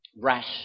Rash